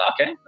okay